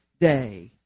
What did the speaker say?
day